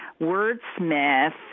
wordsmith